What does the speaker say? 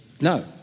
no